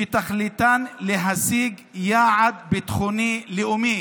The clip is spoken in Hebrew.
שתכליתן להשיג יעד ביטחוני לאומי.